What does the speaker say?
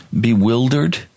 bewildered